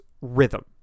rhythm